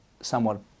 somewhat